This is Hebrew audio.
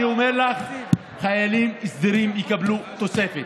אני אומר לך, חיילים סדירים יקבלו תוספת.